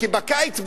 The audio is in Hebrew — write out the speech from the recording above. כי בקיץ,